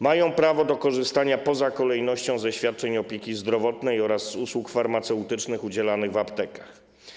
Mają też prawo do korzystania poza kolejnością ze świadczeń opieki zdrowotnej oraz usług farmaceutycznych udzielanych w aptekach.